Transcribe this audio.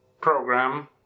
program